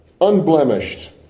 unblemished